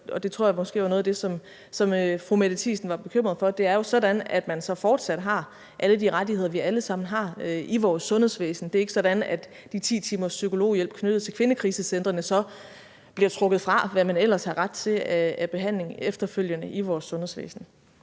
og det tror jeg måske var noget af det, som fru Mette Thiesen var bekymret for – at man fortsat har alle de rettigheder, vi alle sammen har i vores sundhedsvæsen. Det er ikke sådan, at de 10 timers psykologhjælp knyttet til kvindekrisecentrene bliver trukket fra, hvad man ellers har ret til af behandling efterfølgende i vores sundhedsvæsen.